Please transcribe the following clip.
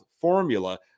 Formula